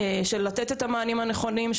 לתת את המענים הנכונים,